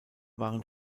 waren